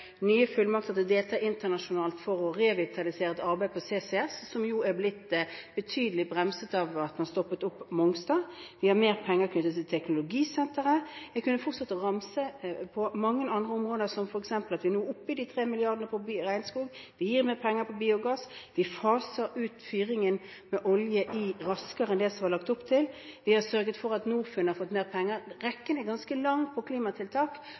nye fullmakter til å delta internasjonalt for å revitalisere et arbeid på CCS, som jo er blitt betydelig bremset av at man stoppet opp Mongstad. Vi har mer penger knyttet til teknologisenteret. Jeg kunne fortsette å ramse opp på mange andre områder, som f.eks. at vi nå er oppe i 3 mrd. kr til regnskog, vi gir mer penger til biogass, vi faser ut fyringen med olje raskere enn det det var lagt opp til, og vi har sørget for at Norfund har fått mer penger. Rekken er ganske lang på klimatiltak,